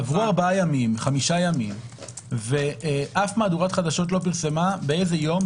עברו חמישה ימים ואף מהדורת חדשות לא פרסמה באיזה יום,